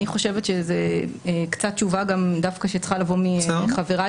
אני חושבת שזאת תשובה שצריכה דווקא לבוא מחבריי